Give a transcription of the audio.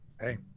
Hey